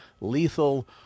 lethal